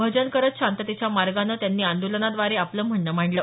भजन करत शांततेच्या मार्गाने त्यांनी आंदोलनाद्वारे आपलं म्हणणं मांडलं